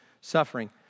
suffering